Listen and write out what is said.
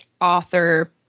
author